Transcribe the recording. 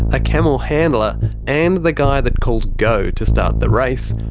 a camel handler and the guy that calls go to start the race.